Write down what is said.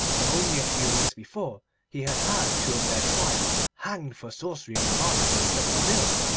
for only a few weeks before he had had two of their tribe hanged for sorcery in the market place at seville,